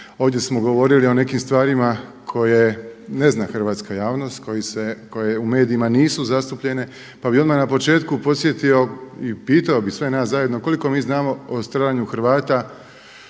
Ovdje smo govorili o nekim stvarima koje ne zna hrvatska javnost, koje u medijima nisu zastupljene pa bih odmah na početku podsjetio i pitao bih sve nas zajedno koliko mi znamo o stradanju Hrvata